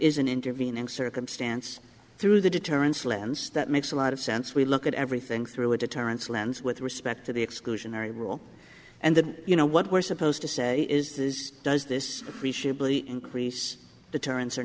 an intervening circumstance through the deterrence lens that makes a lot of sense we look at everything through a deterrence lens with respect to the exclusionary rule and that you know what we're supposed to say is this does this appreciably increase deterrence or